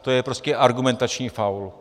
To je prostě argumentační faul.